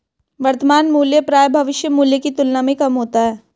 वर्तमान मूल्य प्रायः भविष्य मूल्य की तुलना में कम होता है